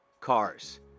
cars